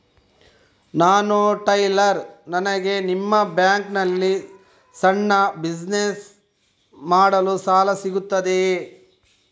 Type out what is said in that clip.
ನಾನು ಟೈಲರ್, ನನಗೆ ನಿಮ್ಮ ಬ್ಯಾಂಕ್ ನಲ್ಲಿ ಸಣ್ಣ ಬಿಸಿನೆಸ್ ಮಾಡಲು ಸಾಲ ಸಿಗುತ್ತದೆಯೇ?